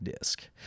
disc